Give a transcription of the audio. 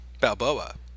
Balboa